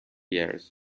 years